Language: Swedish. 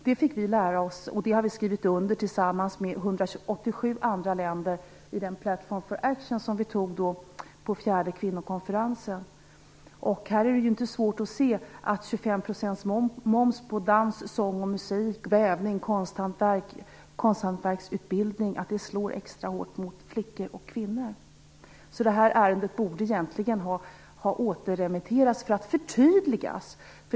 Det har vi tillsammans med 187 andra länder skrivit under på i den platform for action som vi antog på den fjärde kvinnokonferensen. Det är inte svårt att se att 25 % moms på t.ex. dans, sång, musik, vävning, och konsthantverksutbildning slår extra hårt mot flickor och kvinnor. Ärendet borde egentligen ha återremitterats för att förtydligas.